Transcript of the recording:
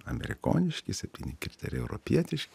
amerikoniški septyni kriterijai europietiški